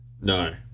No